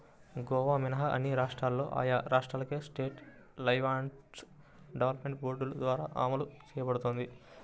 గోవా మినహా అన్ని రాష్ట్రాల్లో ఆయా రాష్ట్రాల స్టేట్ లైవ్స్టాక్ డెవలప్మెంట్ బోర్డుల ద్వారా అమలు చేయబడుతోంది